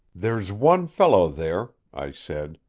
there's one fellow there, i said.